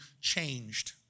changed